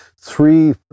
three